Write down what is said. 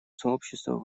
сообщества